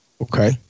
Okay